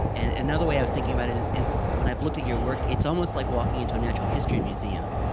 and another way i was thinking about it is is when i've looked at your work, it's almost like walking into a natural history museum.